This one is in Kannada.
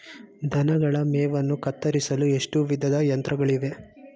ದನಗಳ ಮೇವನ್ನು ಕತ್ತರಿಸಲು ಎಷ್ಟು ವಿಧದ ಯಂತ್ರಗಳಿವೆ?